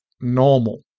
normal